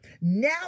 Now